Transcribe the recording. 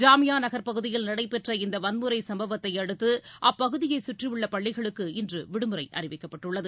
ஜாமியாநக்ப்பகுதியில் நடைபெற்ற இந்தவன்முறைசம்பவத்தையடுத்து அப்பகுதிசுற்றியுள்ளபள்ளிகளுக்கு இன்றுவிடுமுறைஅறிவிக்கப்பட்டுள்ளது